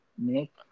Nick